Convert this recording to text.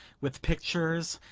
with pictures,